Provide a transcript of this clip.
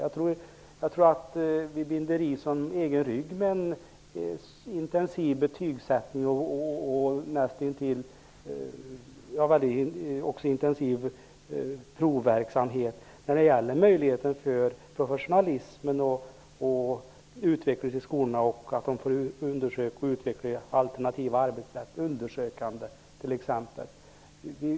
Jag tror att vi binder ris till egen rygg med en intensiv betygssättning och intensiv proverksamhet när det gäller möjligheten för professionalism och möjligheten att utveckla och pröva t.ex. alternativa och undersökande arbetssätt i skolorna.